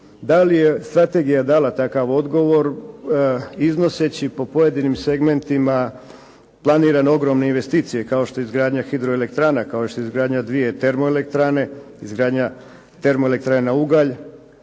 Da li je Strategija dala takav odgovor, iznoseći po pojedinim segmentima ogromne investicije kao što je izgradnja hidroelektrana, kao što je izgradnja dvije termoelektrane, izgradnja termoelektrane na ugalj,